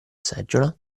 seggiola